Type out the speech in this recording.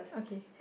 okay